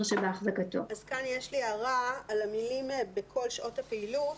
שבהחזקתו." כאן יש לי הערה על המילים "בכל שעות הפעילות".